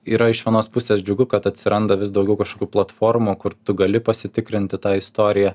yra iš vienos pusės džiugu kad atsiranda vis daugiau kažkokių platformų kur tu gali pasitikrinti tą istoriją